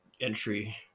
entry